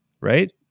right